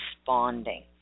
responding